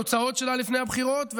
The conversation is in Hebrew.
התוצאות שלה, לפני הבחירות.